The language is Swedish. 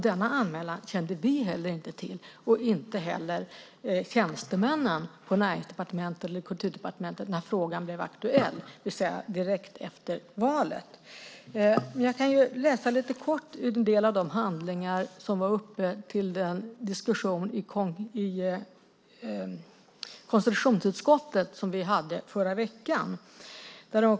Denna anmälan kände vi inte till, och det gjorde inte heller tjänstemännen på Näringsdepartementet och Kulturdepartementet, när frågan blev aktuell, det vill säga direkt efter valet. Låt mig läsa lite kort ur en del av de handlingar som var uppe till diskussion i konstitutionsutskottet i förra veckan.